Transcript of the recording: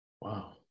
Wow